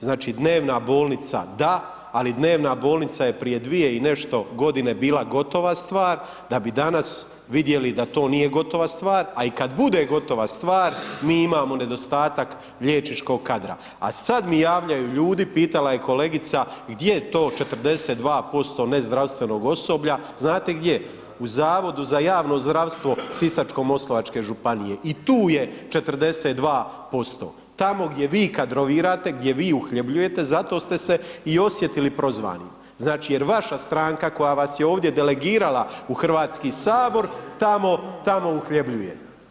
Znači, dnevna bolnica da, ali dnevna bolnica je prije dvije i nešto godine bila gotova stvar da bi danas vidjeli da to nije gotova stvar, a i kad bude gotova stvar, mi imamo nedostatak liječničkog kadra, a sad mi javljaju ljudi, pitala je kolegica gdje je to 42% nezdravstvenog osoblja, znate gdje, u Zavodu za javno zdravstvo Sisačko-moslavačke županije i tu je 42%, tamo gdje vi kadrovirate, gdje vi uhljebljujete, zato ste se i osjetili prozvanim, znači jer vaša stranka koja vas je ovdje delegirala u HS tamo, tamo uhljebljuje.